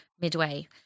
midway